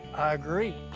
i agree.